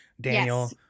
Daniel